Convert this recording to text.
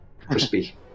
Crispy